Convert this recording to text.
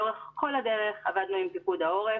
לאורך כל הדרך עבדנו עם פיקוד העורף.